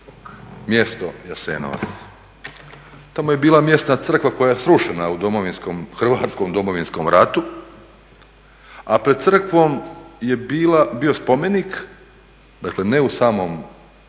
mjesto Jasenovac. Tamo je bila mjesna crkva koja je srušena u hrvatskom Domovinskom ratu a pred crkvom je bio spomenik, dakle ne u samom